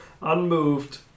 unmoved